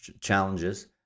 challenges